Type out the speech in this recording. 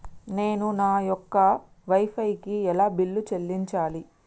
నేను నా యొక్క వై ఫై కి ఎలా బిల్లు చెల్లించాలి?